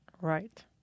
Right